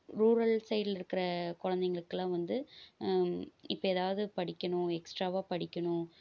rural சைடில் இருக்கிற குழந்தைங்களுக்குலாம் வந்து இப்போ எதாவது படிக்கணும் எக்ஸ்ட்ராவாக படிக்கணும்